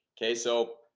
okay, so?